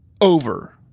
Over